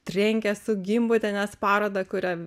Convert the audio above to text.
trenkė su gimbutienės paroda kuria